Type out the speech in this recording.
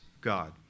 God